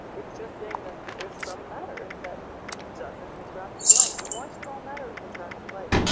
it's just saying that there is some matter that doesn't interact with light. and why should all matter interact with light?